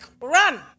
run